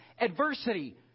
adversity